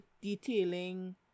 detailing